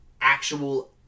actual